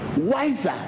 wiser